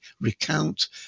recount